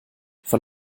von